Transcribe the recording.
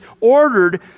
ordered